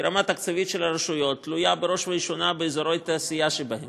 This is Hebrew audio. כי הרמה התקציבית של הרשויות תלויה בראש ובראשונה באזורי התעשייה שבהן